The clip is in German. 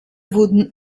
wurden